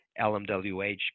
LMWH